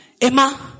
Emma